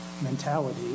mentality